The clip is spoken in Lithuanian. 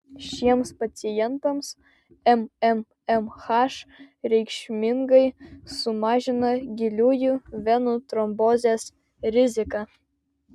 šiems pacientams mmmh reikšmingai sumažina giliųjų venų trombozės riziką